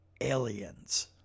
Aliens